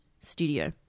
studio